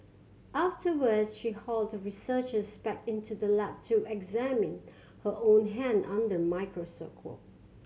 afterwards she hauled the researchers back into the lab to examine her own hand under a microscope